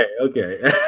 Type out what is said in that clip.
okay